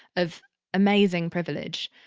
of amazing privilege.